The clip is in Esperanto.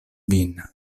vin